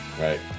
right